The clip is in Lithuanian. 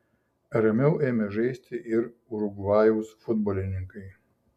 ramiau ėmė žaisti ir urugvajaus futbolininkai